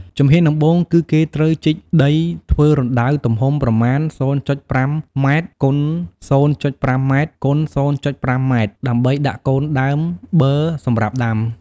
ជំហានដំបូងគឺគេត្រូវជីកដីធ្វើរណ្តៅទំហំប្រមាណ ០.៥ម x ០.៥ម x ០.៥ម ដើម្បីដាក់កូនដើមប័រសម្រាប់ដាំ។